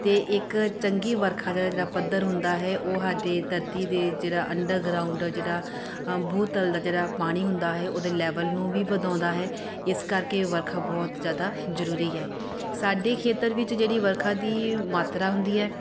ਅਤੇ ਇੱਕ ਚੰਗੀ ਵਰਖਾ ਦਾ ਜਿਹੜਾ ਪੱਧਰ ਹੁੰਦਾ ਹੈ ਉਹ ਸਾਡੇ ਧਰਤੀ ਦੇ ਜਿਹੜਾ ਅੰਡਰਗਰਾਊਂਡ ਜਿਹੜਾ ਅ ਬੋਤਲ ਦਾ ਜਿਹੜਾ ਪਾਣੀ ਹੁੰਦਾ ਹੈ ਉਹਦੇ ਲੈਵਲ ਨੂੰ ਵੀ ਵਧਾਉਂਦਾ ਹੈ ਇਸ ਕਰਕੇ ਵਰਖਾ ਬਹੁਤ ਜ਼ਿਆਦਾ ਜ਼ਰੂਰੀ ਹੈ ਸਾਡੇ ਖੇਤਰ ਵਿੱਚ ਜਿਹੜੀ ਵਰਖਾ ਦੀ ਮਾਤਰਾ ਹੁੰਦੀ ਹੈ